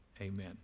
Amen